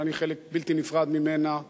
שאני חלק בלתי נפרד ממנה,